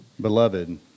Beloved